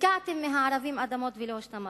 הפקעתם מהערבים אדמות ולא השתמשתם.